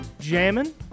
jamming